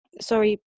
Sorry